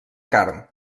carn